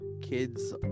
kids